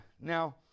Now